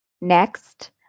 Next